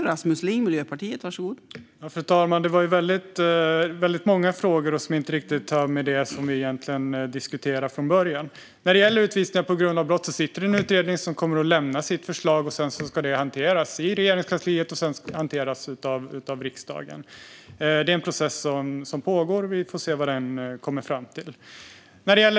Fru talman! Det var väldigt många frågor som inte riktigt har att göra med det som vi nu diskuterar. När det gäller utvisningar på grund av brott sitter det en utredning som kommer att lämna ett förslag. Sedan ska det hanteras i Regeringskansliet och av riksdagen. Det är en process som pågår. Vi får se vad man kommer fram till.